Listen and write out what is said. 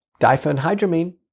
diphenhydramine